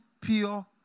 pure